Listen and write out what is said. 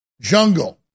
jungle